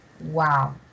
Wow